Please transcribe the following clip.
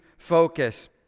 focus